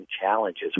challenges